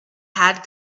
had